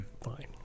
fine